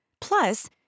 Plus